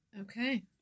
okay